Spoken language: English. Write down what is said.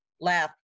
Laugh